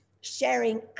sharing